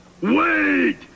wait